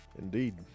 Indeed